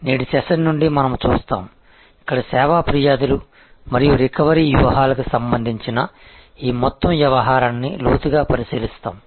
నేటి సెషన్ నుండి మనము చూస్తాము ఇక్కడ సేవా ఫిర్యాదులు మరియు రికవరీ వ్యూహాలకు సంబంధించిన ఈ మొత్తం వ్యవహారాన్ని లోతుగా పరిశీలిస్తాము